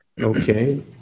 Okay